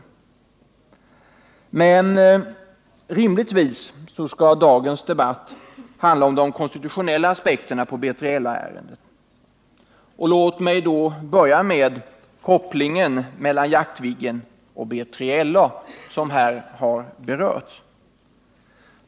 Men dagens debatt skall rimligtvis handla om de konstitutionella aspekterna på B3LA-ärendet, och låt mig därför börja med frågan om kopplingen mellan Jaktviggen och B3LA, som här har berörts.